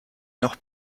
noch